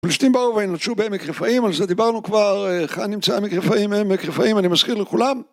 פלסטינים באו והנלצו במקריפאים, על זה דיברנו כבר, כאן נמצא המקריפאים, הם מקריפאים, אני מזכיר לכולם